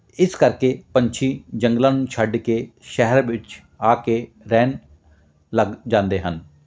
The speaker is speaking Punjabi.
ਇਸ ਕਰਕੇ ਪੰਛੀ ਜੰਗਲਾਂ ਨੂੰ ਛੱਡ ਕੇ ਸ਼ਹਿਰ ਵਿੱਚ ਆ ਕੇ ਰਹਿਣ ਲੱਗ ਜਾਂਦੇ ਹਨ